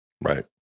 Right